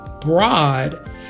broad